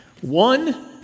One